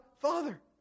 Father